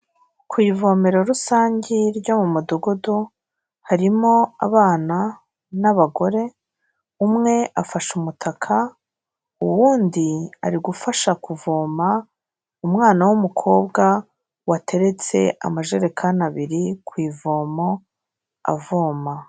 Ku ivomero rusange ryo mu mudugudu, harimo abana n'abagore, umwe afashe umutaka, uwundi ari gufasha kuvoma umwana w'umukobwa wateretse amajerekani abiri ku ivomo, avoma.